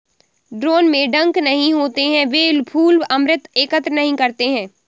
drone में डंक नहीं होते हैं, वे फूल अमृत एकत्र नहीं करते हैं